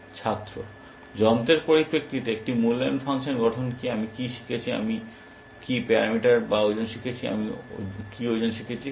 ছাত্র যন্ত্রপাতির পরিপ্রেক্ষিতে একটি মূল্যায়ন ফাংশন গঠন কি আমি কি শিখছি আমি কি প্যারামিটার বা ওজন শিখছি কি ওজন শিখছি